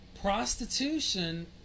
prostitution